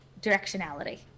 directionality